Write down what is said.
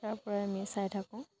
তাৰপৰাই আমি চাই থাকোঁ